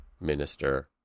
minister